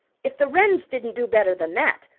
if the wrens didn't do better than that,